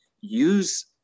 use